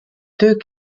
deux